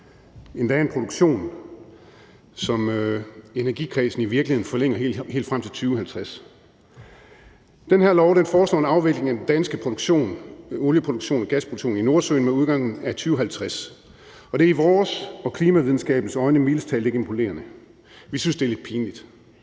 endda en produktion, som energiforligskredsen i virkeligheden forlænger helt frem til 2050. Det her lovforslag foreslår en afvikling af den danske olie- og gasproduktion i Nordsøen med udgangen af 2050, og det er i vores og klimavidenskabens øjne mildest talt ikke imponerende; vi synes, det er lidt pinligt.